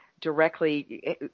directly